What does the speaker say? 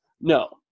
No